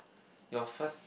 your first